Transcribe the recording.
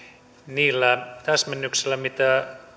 niillä täsmennyksillä mitä